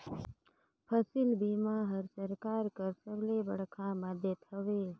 फसिल बीमा हर सरकार कर सबले बड़खा मदेत हवे